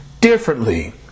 differently